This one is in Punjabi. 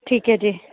ਠੀਕ ਹੈ ਜੀ